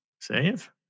Save